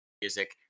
music